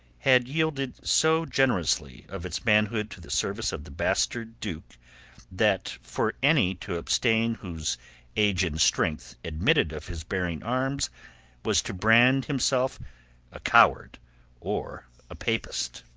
had yielded so generously of its manhood to the service of the bastard duke that for any to abstain whose age and strength admitted of his bearing arms was to brand himself a coward or a papist.